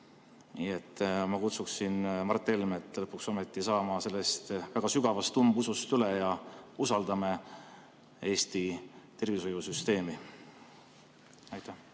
Ma kutsuksin Mart Helmet lõpuks ometi üle saama sellest väga sügavast umbusust ja usaldama Eesti tervishoiusüsteemi! Aitäh!